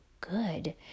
good